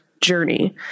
journey